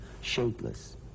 shapeless